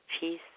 peace